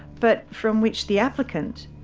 but from which the applicant,